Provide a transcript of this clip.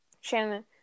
Shannon